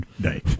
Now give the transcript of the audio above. day